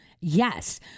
Yes